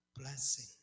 blessing